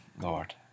Lord